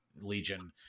Legion